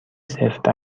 سفت